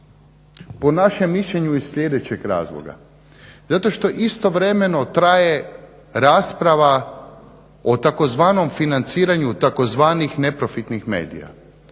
po našem mišljenju iz sljedećeg razloga. Zato što istovremeno traje rasprava o tzv. financiranju tzv. neprofitnih medija